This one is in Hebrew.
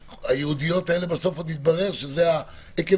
בסוף יתברר שהמשרות הייעודיות הן עקב